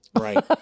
Right